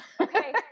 Okay